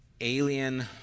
alien